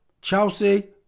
Chelsea